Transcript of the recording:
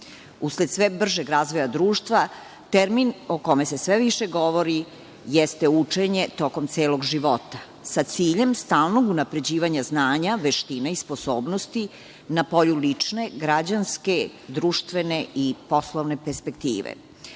Usled sve bržeg razvoja društva, termin o kome se sve više govori jeste učenje tokom celog života sa ciljem stalnog unapređivanja znanja, veština i sposobnosti na polju lične, građanske, društvene i poslovne perspektive. Obrazovanje